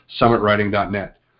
summitwriting.net